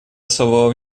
особого